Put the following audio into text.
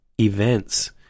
events